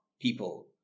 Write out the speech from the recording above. people